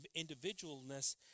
individualness